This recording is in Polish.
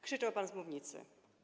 Krzyczał pan z mównicy.